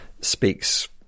speaks